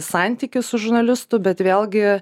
santykius su žurnalistu bet vėlgi